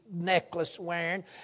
necklace-wearing